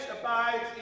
abides